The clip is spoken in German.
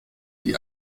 die